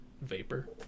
vapor